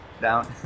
Down